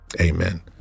Amen